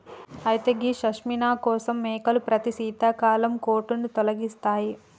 అయితే గీ పష్మిన కోసం మేకలు ప్రతి శీతాకాలం కోటును తొలగిస్తాయి